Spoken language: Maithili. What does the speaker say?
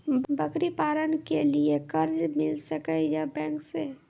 बकरी पालन के लिए कर्ज मिल सके या बैंक से?